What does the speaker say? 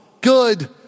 Good